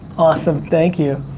awesome, thank you.